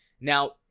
now